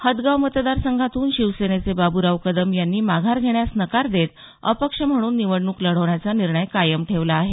हदगाव मतदार संघातून शिवसेनेचे बाबूराव कदम यांनी माघार घेण्यास नकार देत अपक्ष म्हणून निवडणूक लढवण्याचा निर्णय कायम ठेवला आहे